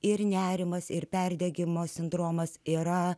ir nerimas ir perdegimo sindromas yra